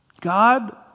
God